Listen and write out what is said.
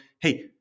hey